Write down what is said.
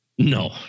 No